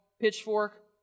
pitchfork